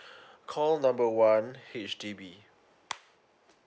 call number one H_D_B